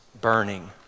burning